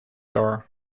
door